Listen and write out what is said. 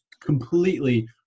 completely